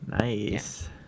Nice